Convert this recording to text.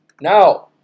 now